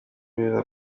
urera